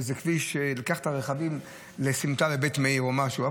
באיזה כביש שלוקח את הרכבים לסמטה בבית מאיר או משהו,